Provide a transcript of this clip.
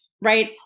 right